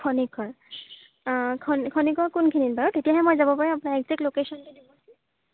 খনিকৰ অঁ খনিকৰ কোনখিনিত বাৰু তেতিয়াহে মই যাব পাৰিম আপোনাৰ একজেক্ট লোকেশ্যনটো দিবচোন